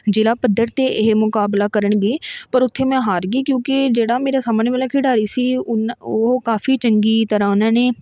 ਜ਼ਿਲ੍ਹਾ ਪੱਧਰ 'ਤੇ ਇਹ ਮੁਕਾਬਲਾ ਕਰਨ ਗਏ ਪਰ ਉੱਥੇ ਮੈਂ ਹਾਰ ਗਈ ਕਿਉਂਕਿ ਜਿਹੜਾ ਮੇਰੇ ਸਾਹਮਣੇ ਵਾਲਾ ਖਿਡਾਰੀ ਸੀ ਉਹਨਾਂ ਉਹ ਕਾਫੀ ਚੰਗੀ ਤਰ੍ਹਾਂ ਉਹਨਾਂ ਨੇ